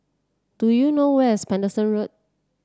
do you know where is Paterson Road